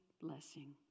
blessing